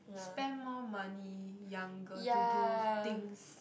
spend more money younger to do things